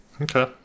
Okay